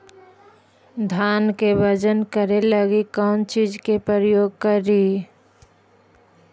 धान के बजन करे लगी कौन चिज के प्रयोग करि?